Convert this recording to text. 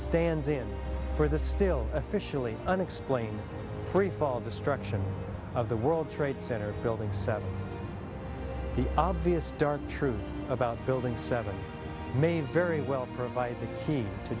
stands in for the still officially unexplained freefall destruction of the world trade center building so the obvious dark truth about building seven may very well provide